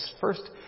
first